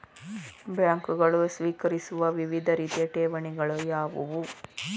ಬ್ಯಾಂಕುಗಳು ಸ್ವೀಕರಿಸುವ ವಿವಿಧ ರೀತಿಯ ಠೇವಣಿಗಳು ಯಾವುವು?